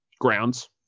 grounds